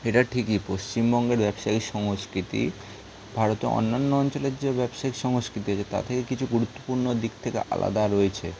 এটা ঠিকই পশ্চিমবঙ্গের ব্যবসায়ী সংস্কৃতি ভারতে অন্যান্য অঞ্চলের যে ব্যবসায়িক সংস্কৃতি আছে তা থেকে কিছু গুরুত্বপূর্ণ দিক থেকে আলাদা রয়েছে